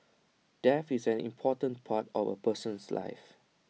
death is an important part A person's life